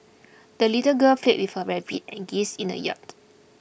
the little girl played with her rabbit and geese in the yard